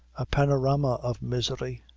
a panorama of misery.